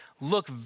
look